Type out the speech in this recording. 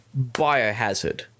Biohazard